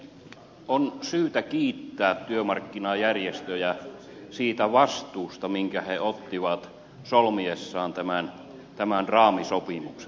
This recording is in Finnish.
on syytä kiittää työmarkkinajärjestöjä siitä vastuusta minkä ne ottivat solmiessaan tämän raamisopimuksen